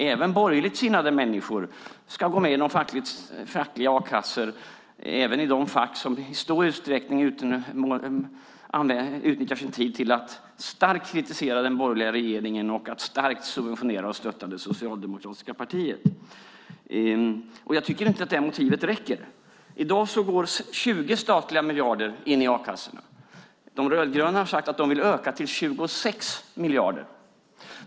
Även borgerligt sinnade människor ska gå med i fackliga a-kassor, och de ska göra det i de fack som i stor utsträckning använder sin tid till att starkt kritisera den borgerliga regeringen och att starkt subventionera och stötta det socialdemokratiska partiet. Jag tycker inte att det motivet räcker. I dag går 20 statliga miljarder in i a-kassorna. De rödgröna har sagt att de vill öka beloppet till 26 miljarder.